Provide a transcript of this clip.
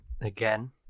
Again